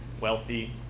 wealthy